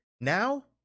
Now